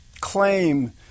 claim